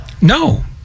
no